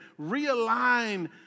realign